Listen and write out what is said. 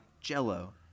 jello